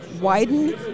Widen